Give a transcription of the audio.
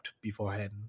beforehand